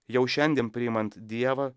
jau šiandien priimant dievą